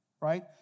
right